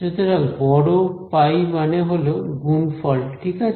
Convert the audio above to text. সুতরাং বড় পাই মানে হলো গুণফল ঠিক আছে